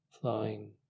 flowing